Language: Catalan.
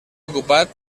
ocupat